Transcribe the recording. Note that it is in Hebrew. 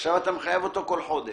עכשיו אתה מחייב אותו כל חודש.